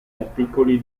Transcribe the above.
articoli